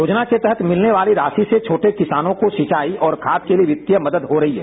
योजना के तहत मिलने वाली राशि से छोटे किसानों को सिंचाई और खाद पानी के लिए वित्तीय मदद हो रही है